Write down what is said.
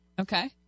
Okay